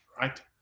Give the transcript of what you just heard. right